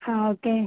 ஆ okay